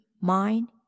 mind